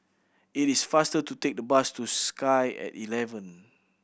it is faster to take the bus to Sky At Eleven